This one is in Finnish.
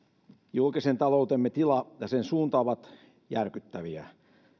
julkisen taloutemme tila ja sen suunta ovat järkyttäviä